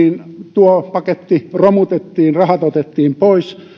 tuo paketti romutettiin rahat otettiin pois